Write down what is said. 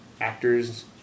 actors